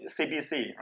CBC